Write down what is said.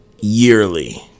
yearly